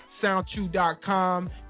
Soundchew.com